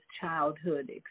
childhood